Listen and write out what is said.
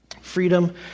Freedom